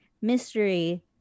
mystery